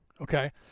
okay